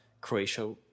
Croatia